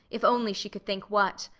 if only she could think what.